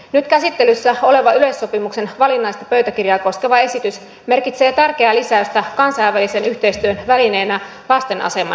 nyt käsittelyssä oleva yleissopimuksen valinnaista pöytäkirjaa koskeva esitys merkitsee tärkeää lisäystä kansainvälisen yhteistyön välineenä lasten aseman parantamiseksi